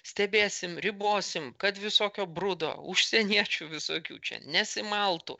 stebėsim ribosim kad visokio brudo užsieniečių visokių čia nesimaltų